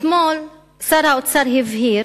אתמול שר האוצר הבהיר